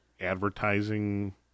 advertising